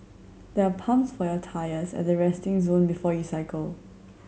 there are pumps for your tyres at the resting zone before you cycle